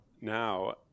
now